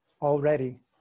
already